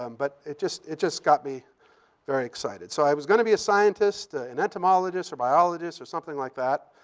um but it just it just got me very excited. so i was going to be a scientist an entomologist or biologist or something like that.